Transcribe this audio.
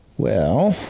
well.